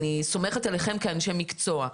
אני סומכת עליכם כאנשי מקצוע.